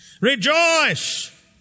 Rejoice